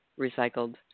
recycled